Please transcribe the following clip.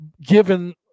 given